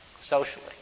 socially